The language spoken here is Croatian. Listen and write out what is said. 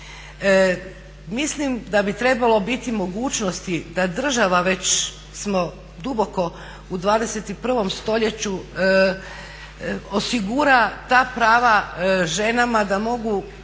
Mislim da bi trebalo biti mogućnosti da država, već smo duboko u 21. stoljeću osigura ta prava ženama da mogu,